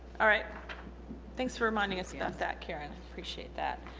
alright thanks for reminding us about that keiran. i appreciate that